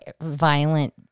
violent